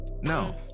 No